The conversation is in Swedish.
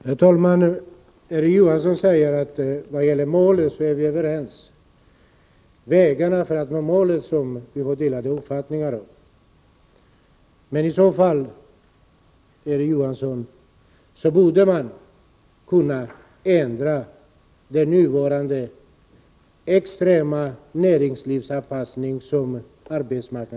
Herr talman! Erik Johansson säger att vi är överens när det gäller målen, men att vi har delade uppfattningar om vägarna att nå målen. I så fall borde man, Erik Johansson, kunna ändra på arbetsmarknadspolitikens nuvarande extrema näringslivsanpassning.